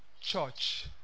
Church